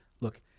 Look